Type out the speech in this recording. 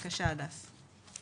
בבקשה, הדס.